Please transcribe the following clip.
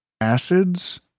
Acids